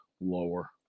lower